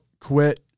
quit